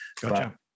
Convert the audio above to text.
Gotcha